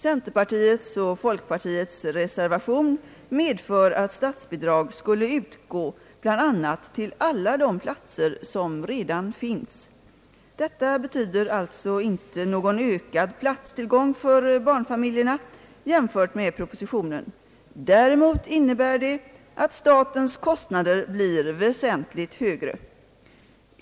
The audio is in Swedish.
Centerpartiets och folkpartiets reservation innebär att statsbidrag skulle utgå bl.a. till alla de platser som redan finns. Detta betyder alltså inte någon ökad platstillgång för barnfamiljerna i jämförelse med propositionens förslag. Däremot innebär det att statens kostnader blir väsentligt högre.